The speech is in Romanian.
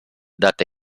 date